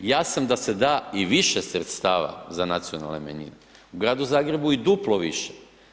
Ja sam da se da i više sredstava za nacionalne manjine, u Gradu Zagrebu i duplo više.